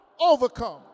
overcome